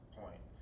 point